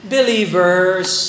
Believers